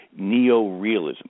neorealism